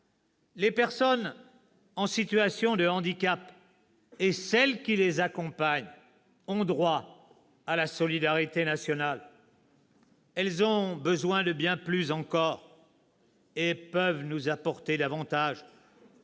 Les personnes en situation de handicap et celles qui les accompagnent ont droit à la solidarité nationale. Elles ont besoin de bien plus encore, et elles peuvent nous apporter davantage.